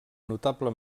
notable